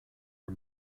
her